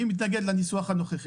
אני מתנגד לניסוח הנוכחי.